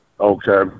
Okay